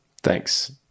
Thanks